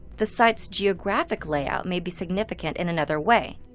the site's geographic layout may be significant in another way.